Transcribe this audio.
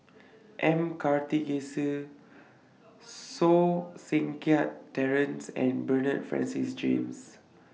M Karthigesu So Seng Kiat Terence and Bernard Francis James